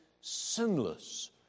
sinless